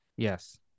Yes